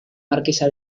marquesa